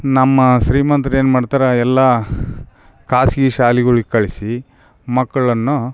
ನಮ್ಮ ಶ್ರೀಮಂತ್ರು ಏನು ಮಾಡ್ತಾರೆ ಎಲ್ಲ ಖಾಸ್ಗಿ ಶಾಲೆಗಳಿಗ್ ಕಳಿಸಿ ಮಕ್ಕಳನ್ನು